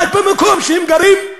רק במקום שהם גרים?